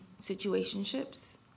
situationships